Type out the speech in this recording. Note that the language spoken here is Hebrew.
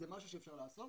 זה משהו שאפשר לעשות,